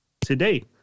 today